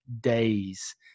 days